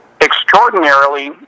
extraordinarily